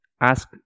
ask